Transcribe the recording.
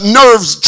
nerves